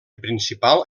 principal